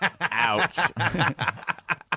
Ouch